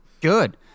good